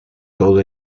todo